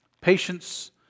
Patience